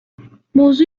موضوع